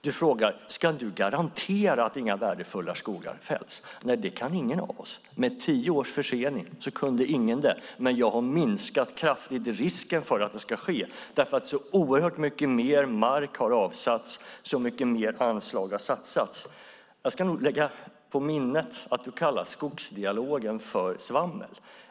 Du frågar om jag kan garantera att inga värdefulla skogar fälls. Nej, det kan ingen av oss. Med tio års försening skulle ingen kunna det, men jag har kraftigt minskat risken för att det ska ske. Oerhört mycket mer har nämligen avsatts, och mycket mer anslag har satsats. Jag ska lägga på minnet att du kallar skogsdialogen för svammel.